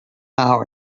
hour